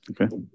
okay